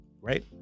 right